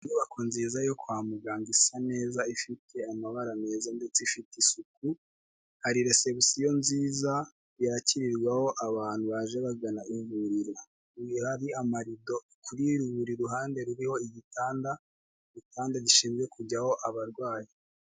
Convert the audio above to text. Inyubako nziza yo kwa muganga, isa neza, ifite amabara meza, ndetse ifite isuku. Hari reception nziza, yakirirwaho abantu baje bagana ivuriro, uyu hari amarido, kuri buri ruhande ruriho igitanda, igitanda gishinzwe kujyaho abarwayi.